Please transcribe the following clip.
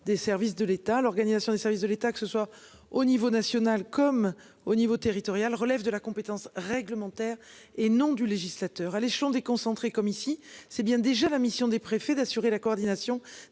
des services de l'État. L'organisation des services de l'État, que ce soit au niveau national ou territorial, relève de la compétence réglementaire et non du législateur. À l'échelon déconcentré, comme c'est le cas ici, il revient déjà aux préfets d'assurer la coordination